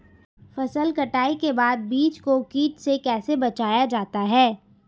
फसल कटाई के बाद बीज को कीट से कैसे बचाया जाता है?